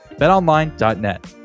betonline.net